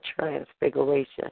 transfiguration